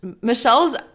Michelle's